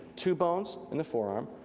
two bones in the forearm,